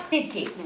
City